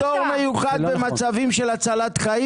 יש לך פטור מיוחד במצבים של הצלת חיים